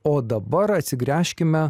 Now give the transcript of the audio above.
o dabar atsigręžkime